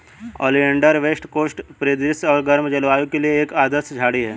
oleander west coast परिदृश्य और गर्म जलवायु के लिए एक आदर्श झाड़ी है